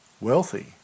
wealthy